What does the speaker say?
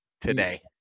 today